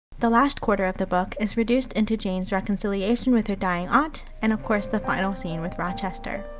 the last quarter of the book is reduced into jane's reconciliation with her dying aunt, and of course, the final scene with rochester.